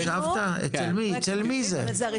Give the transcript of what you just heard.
אצל מי זה?